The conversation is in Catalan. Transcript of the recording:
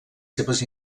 seves